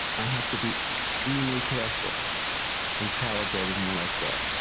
i have to be extremely careful and calibrated in what i say.